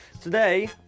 Today